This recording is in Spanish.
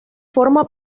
forma